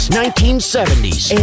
1970s